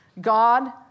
God